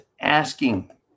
asking